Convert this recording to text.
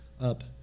up